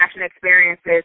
experiences